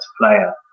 player